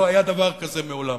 לא היה דבר כזה מעולם.